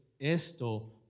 esto